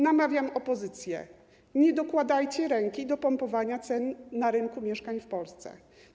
Namawiam opozycję: nie dokładajcie ręki do pompowania cen na rynku mieszkań w Polsce.